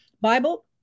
Bible